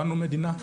קיבלנו מדינה,